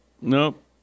Nope